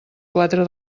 quatre